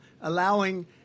Allowing